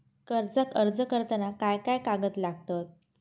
कर्जाक अर्ज करताना काय काय कागद लागतत?